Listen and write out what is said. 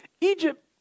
Egypt